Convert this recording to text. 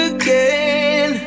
again